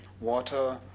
water